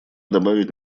добавить